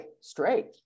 straight